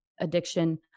addiction